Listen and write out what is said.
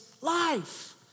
life